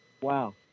wow